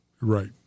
Right